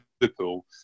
Liverpool